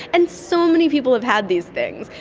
and so many people have had these things.